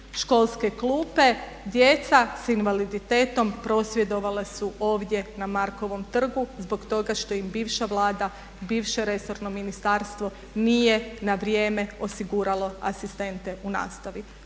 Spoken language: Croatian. školske klupe. Djeca s invaliditetom prosvjedovala su ovdje na Markovom trgu zbog toga što im bivša Vlada i bivše resorno ministarstvo nije na vrijeme osiguralo asistente u nastavi.